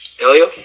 Elio